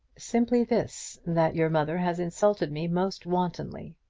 simply this that your mother has insulted me most wantonly.